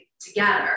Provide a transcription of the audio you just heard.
together